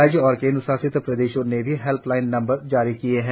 राज्य और केंद्रशासित प्रदेशों ने भी हेल्पलाइन नंबर जारी किए हैं